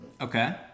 Okay